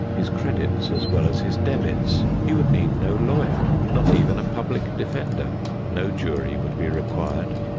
his credits as well as his debits he would need no lawyer, not even a public defender no jury would be required,